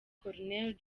col